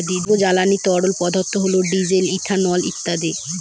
জৈব জ্বালানি তরল পদার্থ হল ডিজেল, ইথানল ইত্যাদি